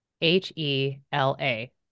H-E-L-A